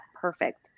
perfect